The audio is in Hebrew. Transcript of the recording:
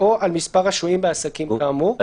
אני